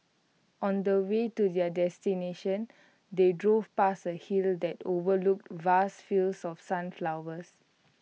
on the way to their destination they drove past A hill that overlooked vast fields of sunflowers